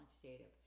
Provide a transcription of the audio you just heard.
quantitative